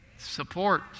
support